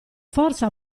forza